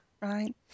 right